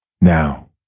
Now